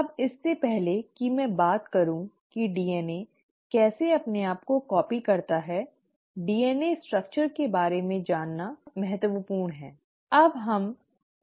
अब इससे पहले कि मैं बात करूं की डीएनए कैसे अपने आप को कॉपी करता है डीएनए संरचना के बारे में जानना और हमारी स्मृति को ताज़ा करना महत्वपूर्ण है